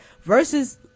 versus